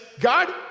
God